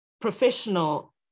professional